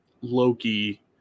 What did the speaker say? Loki